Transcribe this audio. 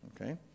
Okay